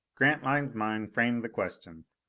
grantline's mind framed the questions.